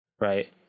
Right